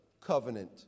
Covenant